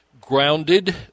Grounded